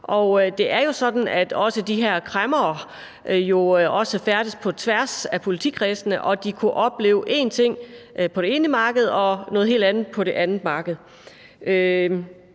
Og det er jo sådan, at de her kræmmere også færdes på tværs af politikredsene, og de kunne opleve én ting på det ene marked og noget helt andet på det andet marked.